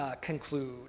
conclude